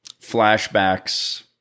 flashbacks